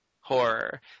horror